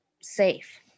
safe